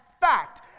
fact